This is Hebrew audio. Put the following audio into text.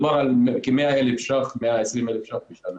מדובר על כ-100,000 ₪, 120,000 ₪ בשנה.